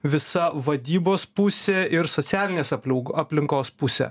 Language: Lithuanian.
visa vadybos pusė ir socialinės apliau aplinkos pusė